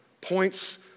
points